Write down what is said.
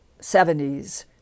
70s